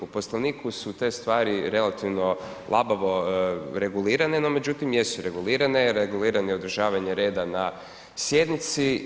U Poslovniku su te stvari relativno labavo regulirane, no međutim jesu regulirane, regulirano je održavanje reda na sjednici.